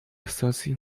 stacji